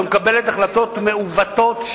אלא מקבלת החלטות מעוותות,